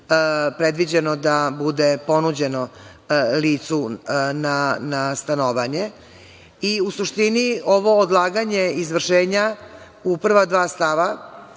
predviđen da bude ponuđen licu na stanovanje.U suštini, ovo odlaganje izvršenja u prva dva stava